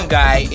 guy